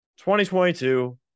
2022